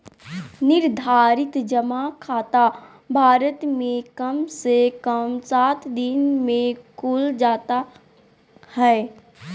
निर्धारित जमा खाता भारत मे कम से कम सात दिन मे खुल जाता हय